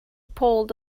pulled